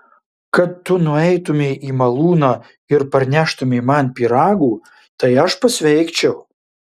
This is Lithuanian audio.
kad tu nueitumei į malūną ir parneštumei man pyragų tai aš pasveikčiau